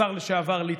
השר לשעבר ליצמן.